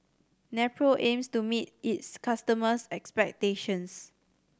Nepro aims to meet its customers expectations